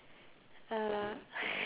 uh